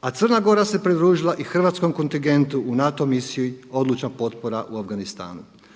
a Crna Gora se pridružila i hrvatskom kontingentu u NATO misiji odlučna potpora u Afganistanu.